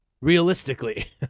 realistically